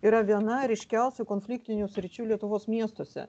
yra viena ryškiausių konfliktinių sričių lietuvos miestuose